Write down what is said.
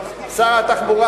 מה עמדת שר התחבורה?